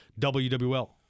WWL